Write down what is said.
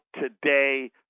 today